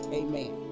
amen